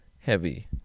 heavy